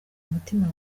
umutima